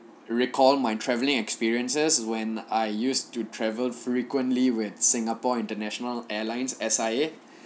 recall my travelling experiences when I used to travelled frequently with singapore international airlines S_I_A